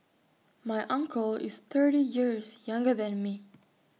my uncle is thirty years younger than me